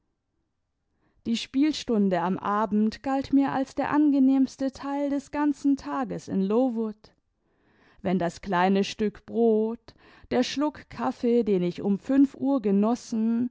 die spielstunde am abend galt mir als der angenehmste teil des ganzen tages in lowood wenn das kleine stück brot der schluck kaffee den ich um fünf uhr genossen